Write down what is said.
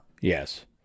Yes